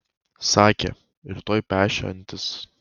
sakė rytoj pešią antis